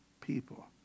people